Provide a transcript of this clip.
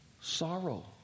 sorrow